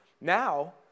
Now